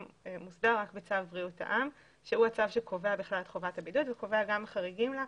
מוסדר בצו בריאות העם שהוא הצו שקובע את חובת הבידוד וקובע גם חריגים לה.